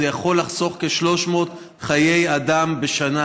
זה יכול לחסוך כ-300 חיי אדם בשנה,